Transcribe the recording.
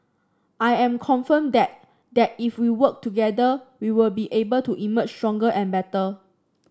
I am confident that that if we work together we will be able to emerge stronger and better